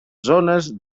zones